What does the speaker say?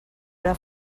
era